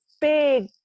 big